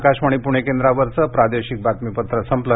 आकाशवाणी पुणे केंद्रावरचं प्रादेशिक बातमीपत्र संपलं